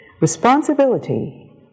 Responsibility